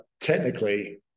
technically